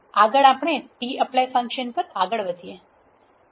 આગળ આપણે tapply function પર આગળ વધીએ